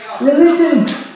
Religion